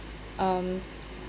um